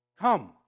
come